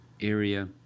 area